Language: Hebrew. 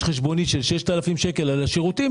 חשבונית על סך 6,000 שקלים עבור השירותים,